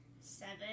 seven